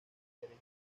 derecha